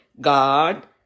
God